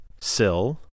Sill